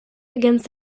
against